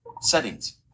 Settings